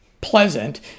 pleasant